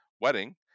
wedding